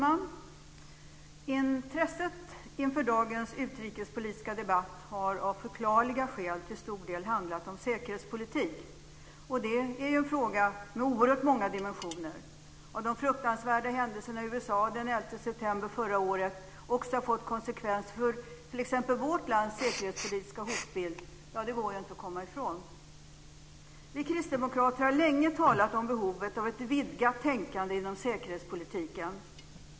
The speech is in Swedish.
Fru talman! Intresset inför dagens utrikespolitiska debatt har av förklarliga skäl till stor del handlat om säkerhetspolitik. Det är ju en fråga med oerhört många dimensioner. Att de fruktansvärda händelserna i USA den 11 september förra året också har fått konsekvenser för t.ex. vårt lands säkerhetspolitiska hotbild går inte att komma ifrån. Vi kristdemokrater har länge talat om behovet av ett vidgat tänkande inom säkerhetspolitiken.